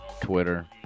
Twitter